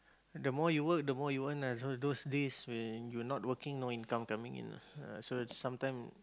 the more you work the more you earn ah so those days when you not working no income coming in ah ah so sometime